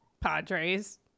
Padres